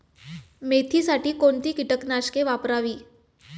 मेथीसाठी कोणती कीटकनाशके वापरावी?